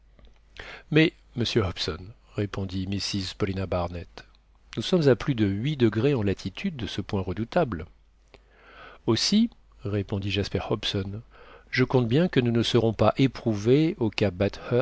mais monsieur hobson répondit mrs paulina barnett nous sommes à plus de huit degrés en latitude de ce point redoutable aussi répondit jasper hobson je compte bien que nous ne serons pas éprouvés au cap